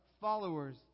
followers